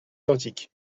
identiques